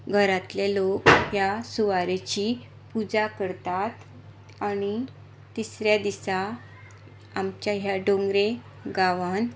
सगळें घरांतले लोक ह्या सुवारेची पूजा करतात आनी तीसऱ्या दिसा आमच्या ह्या डोंगरे गांवान